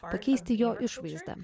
pakeisti jo išvaizdą